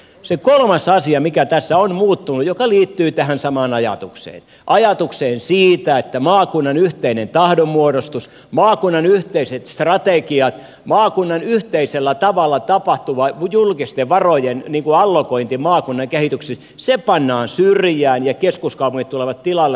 se kolmas asia mikä tässä on muuttunut liittyy tähän samaan ajatukseen ajatukseen siitä että maakunnan yhteinen tahdonmuodostus maakunnan yhteiset strategiat maakunnan yhteisellä tavalla tapahtuva julkisten varojen allokointi maakunnan kehitykseen pannaan syrjään ja keskuskaupungit tulevat tilalle